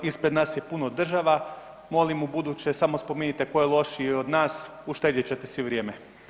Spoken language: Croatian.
Ispred nas je puno država, molim ubuduće samo spominjite tko je lošiji od nas, uštedjet ćete si vrijeme.